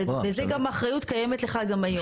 וזה גם האחריות קיימת לך גם היום.